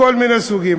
כל מיני סוגים.